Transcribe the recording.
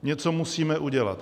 Něco musíme udělat.